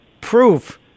proof